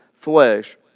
flesh